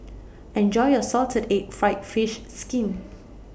Enjoy your Salted Egg Fried Fish Skin